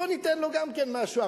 בוא ניתן לו גם כן משהו.